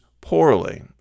poorly